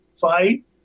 fight